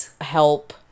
help